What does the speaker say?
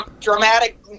dramatic